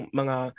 mga